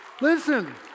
Listen